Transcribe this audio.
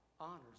honors